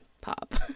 pop